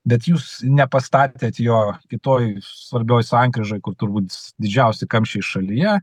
bet jūs nepastatėt jo kitoj svarbioj sankryžoj kur turbūt didžiausi kamščiai šalyje